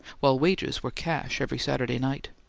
while wages were cash every saturday night.